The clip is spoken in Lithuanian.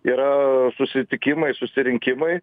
yra susitikimai susirinkimai